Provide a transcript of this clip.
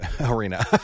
Arena